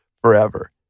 forever